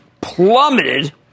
plummeted